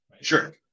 Sure